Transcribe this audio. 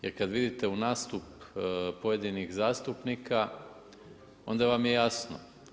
Jer kad vidite u nastup pojedinih zastupnika onda vam je jasno.